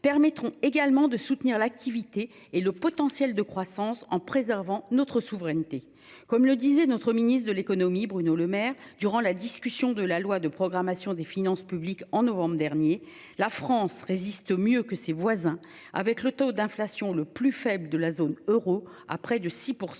permettront également de soutenir l'activité et le potentiel de croissance en préservant notre souveraineté, comme le disait notre ministre de l'économie Bruno Lemaire durant la discussion de la loi de programmation des finances publiques en novembre dernier, la France résiste mieux que ses voisins avec le taux d'inflation le plus faible de la zone euro à près de 6%.